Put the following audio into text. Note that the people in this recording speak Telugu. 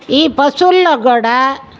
ఈ పశువల్లో కూడా